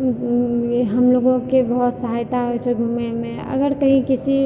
हमलोगोके बहुत सहायता होइत छै घुमयमे अगर कही किसी